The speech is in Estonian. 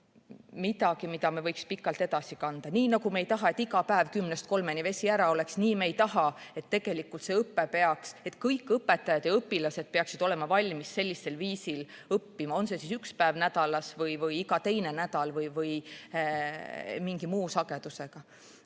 kui midagi, mida me võiksime pikalt edasi kasutada. Nii nagu me ei taha, et iga päev kümnest kolmeni vesi ära oleks, nii me ei taha, et kõik õpetajad ja õpilased peaksid olema valmis sellisel viisil õppima, on see siis üks päev nädalas või iga teine nädal või mingi muu sagedusega.